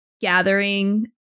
gathering